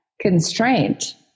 constraint